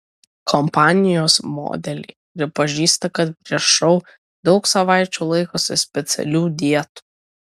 kompanijos modeliai pripažįsta kad prieš šou daug savaičių laikosi specialių dietų